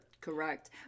Correct